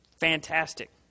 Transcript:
fantastic